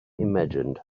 imagined